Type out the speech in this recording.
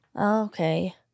Okay